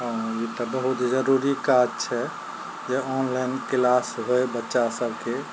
हँ ई तऽ बहुत जरूरी काज छै जे ऑनलाइन क्लास होइ बच्चा सबके